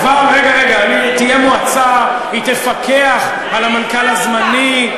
רגע, רגע, תהיה מועצה, היא תפקח על המנכ"ל הזמני.